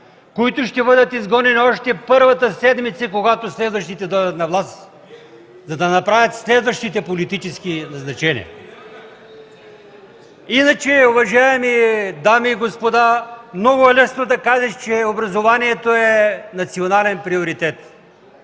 които ще бъдат изгонени още първата седмица, когато следващите дойдат на власт, за да направят следващите политически назначения. (Реплики от ГЕРБ.) Уважаеми дами и господа, много е лесно да кажеш, че образованието е национален приоритет.